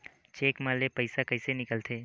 Cheque म ले पईसा कइसे निकलथे?